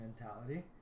mentality